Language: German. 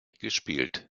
gespielt